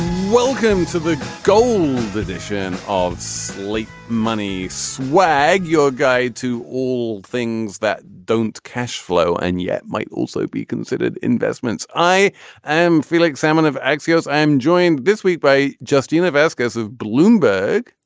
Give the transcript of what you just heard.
welcome to the gold edition of sleep. money swag your guide to all things that don't. cash flow and yet might also be considered investments. i am felix salmon of axioms. i'm joined this week by just you know vasquez of bloomberg.